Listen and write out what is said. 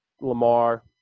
Lamar